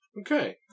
Okay